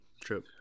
true